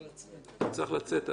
חבר הכנסת גפני צריך לצאת,